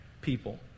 people